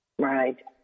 Right